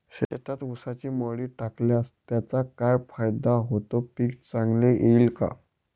शेतात ऊसाची मळी टाकल्यास त्याचा काय फायदा होतो, पीक चांगले येईल का?